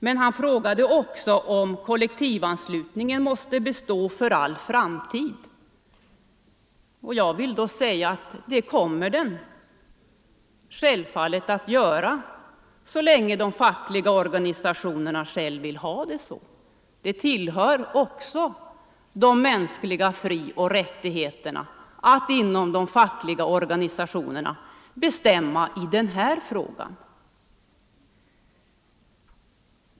Men herr Björck frågade också om kollektivanslutningen måste bestå för all framtid. Jag vill då säga att det kommer den självfallet att göra så länge de fackliga organisationerna själva vill ha det så. Det tillhör också de mänskliga frioch rättigheterna att inom de fackliga organisationerna bestämma i den här frågan.